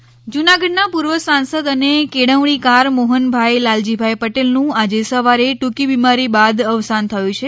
અવસાન જૂનાગઢના પૂર્વ સાંસદ અને કેળવણીકાર મોહનભાઇ લાલજીભાઈ પટેલનું આજે સવારે ટૂંકી બીમારી બાદ અવસાન થયું છે